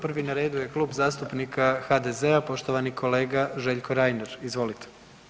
Prvi na redu je Klub zastupnika HDZ-a, poštovani kolega Željko Reiner, izvolite.